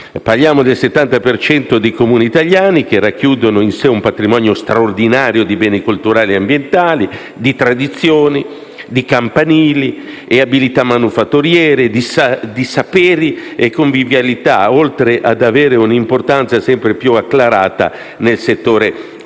Parliamo del 70 per cento dei Comuni italiani che racchiudono in sé un patrimonio straordinario di beni culturali e ambientali, di tradizioni, di campanili e abilità manifatturiere, di saperi e convivialità, oltre ad avere un'importanza sempre più acclarata nel settore agricolo.